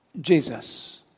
Jesus